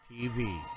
TV